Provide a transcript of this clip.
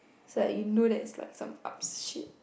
so like you know that it's like some up shit